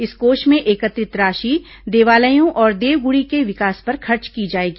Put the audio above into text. इस कोष में एकत्रित राशि देवालयों और देवगुडी के विकास पर खर्च की जाएगी